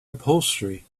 upholstery